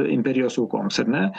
imperijos aukoms ar ne